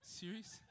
serious